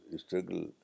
struggle